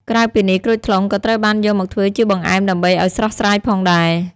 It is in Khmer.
ក្រៅពីនេះ ក្រូចថ្លុងក៏ត្រូវបានយកមកធ្វើជាបង្អែមដើម្បីឲ្យស្រស់ស្រាយផងដែរ។